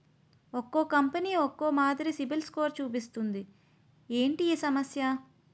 ఒక్కో కంపెనీ ఒక్కో మాదిరి సిబిల్ స్కోర్ చూపిస్తుంది ఏంటి ఈ సమస్య?